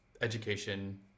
education